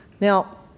Now